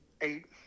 eight